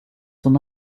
son